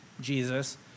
Jesus